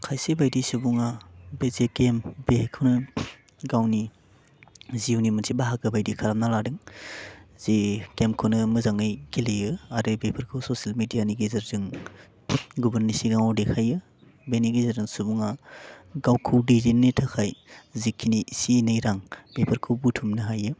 खायसे बायदि सुबुङा बे जे गेम बेखौनो गावनि जिउनि मोनसे बाहागो बायदि खालामना लादों जि गेमखौनो मोजाङै गेलेयो आरो बेफोरखौ ससियेल मिडिया नि गेजेरजों गुबुननि सिगाङाव देखायो बिनि गेजेरजों सुबुङा गावखौ दैदेनो थाखाय जिखिनि एसे एनै रां बेफोरखौ बुथुमनो हायो